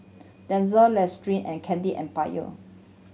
Denizen Listerine and Candy Empire